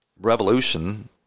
revolution